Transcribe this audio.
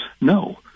no